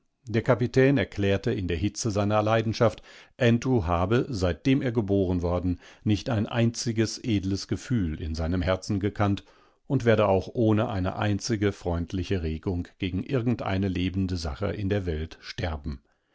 sieschiedenaufdiebeklagenswertesteweise derkapitän erklärte in der hitze seiner leidenschaft andrew habe seitdem er geboren worden nicht ein einziges edles gefühl in seinem herzen gekannt und werde auch ohne eine einzige freundliche regung gegen irgend eine lebende seele in der welt sterben